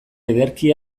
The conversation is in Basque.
ederki